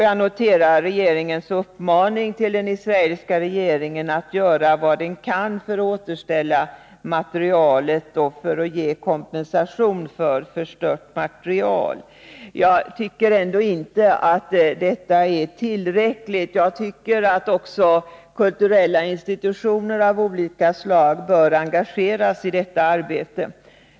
Jag noterar regeringens uppmaning till den israeliska regeringen att göra vad den kan för att återställa materialet och för att ge kompensation för förstört material. Men jag tycker ändå inte att detta är tillräckligt. 6 Kulturella institutioner av olika slag bör också engageras i detta arbete.